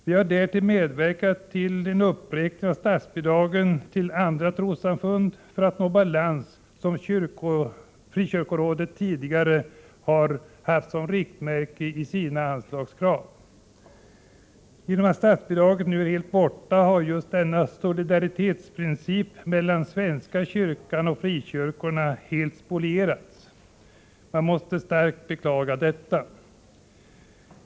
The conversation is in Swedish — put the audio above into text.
Vi har därtill medverkat till en uppräkning av statsbidragen till andra trossamfund för att nå den balans som Frikyrkorådet tidigare haft som riktmärke i sina anslagskrav. Genom att statsbidraget nu är helt borta har denna princip om solidaritet mellan svenska kyrkan och frikyrkorna helt spolierats. Man måste starkt beklaga detta.